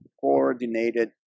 coordinated